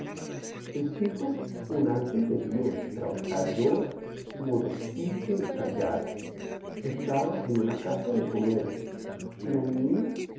el chico un ángel de dios trabajador modosito y callado estaba en una casa de comercio la niña